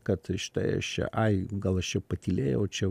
kad štai aš čia ai gal aš čia patylėjau čia